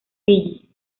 fiyi